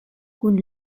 kun